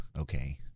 okay